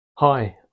Hi